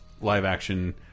live-action